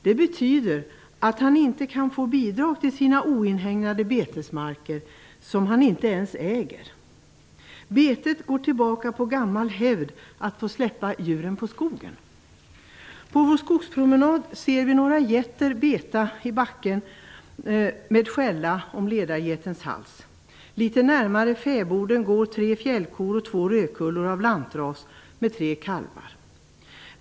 Det betyder att han inte kan få bidrag till sina oinhägnade betesmarker som han inte ens äger. Betet går tillbaka på gammal hävd att få släppa djuren på skogen. På vår skogspromenad ser vi några getter beta i backen. Ledargeten har skälla om sin hals. Litet närmare fäboden går tre fjällkor och två rödkullor av lantras med tre kalvar.